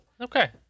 Okay